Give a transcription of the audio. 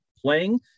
playing –